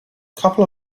couple